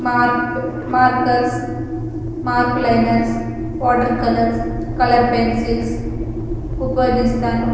mark markers mark liners water colours colour pencils ఉపయోగిస్తాను